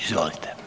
Izvolite.